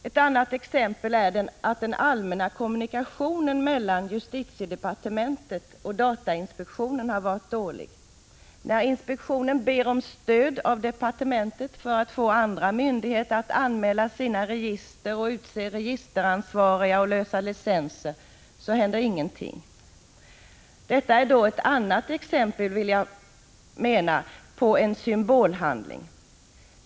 Ett annat exempel är att den allmänna kommunikationen mellan justitiedepartementet och datainspektionen har varit dålig. När inspektionen ber om stöd av departementet för att få andra myndigheter att anmäla register, utse registeransvariga och lösa licenser, så händer ingenting. Detta är då en symbolhandling, menar jag.